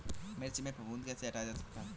मिर्च में फफूंदी कैसे हटाया जा सकता है?